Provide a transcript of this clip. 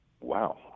Wow